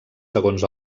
segons